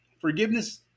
forgiveness